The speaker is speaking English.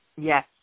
Yes